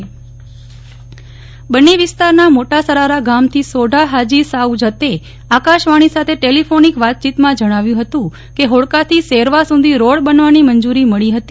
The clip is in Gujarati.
નેહલ ઠક્કર ટેલીફોનીક રજૂઆત બન્ની વિસ્તારના મોટા સરારા ગામથી સોઢા સાઉ જતે આકાશવાણી સાથે ટેલીફોનીક વાતચીતમાં જણાવ્યું હતું કે હોડકા થી સેરવા સુધી રોડ બનાવવાની મંજુરી મળી હતી